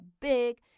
big